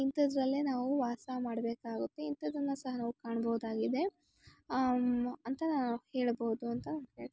ಇಂಥದ್ರಲ್ಲೇ ನಾವು ವಾಸ ಮಾಡಬೇಕಾಗುತ್ತೆ ಇಂಥದನ್ನು ಸಹ ನಾವು ಕಾಣ್ಬೊದಾಗಿದೆ ಅಂತ ಹೇಳಬೌದು ಅಂತ ಹೇಳ್ತೀನಿ